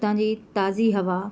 उतां जी ताज़ी हवा